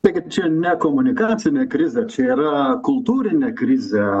taigi čia ne komunikacinė krizė čia yra kultūrinė krizė